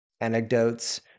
anecdotes